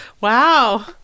wow